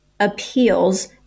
appeals